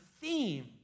theme